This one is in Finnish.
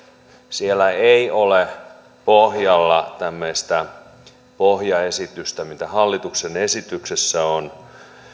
siellä ei ole pohjalla tämmöistä pohjaesitystä mitä hallituksen esityksessä on